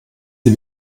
sie